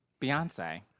Beyonce